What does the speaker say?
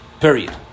Period